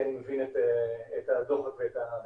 כי אני מבין את הדוחק בזמן.